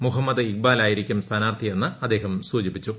മുഹമ്മദ് ഇക്ബാലായിരിക്കും സ്ഥാനാർത്ഥിയെന്ന് അദ്ദേഹം അറിയിച്ചു